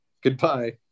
goodbye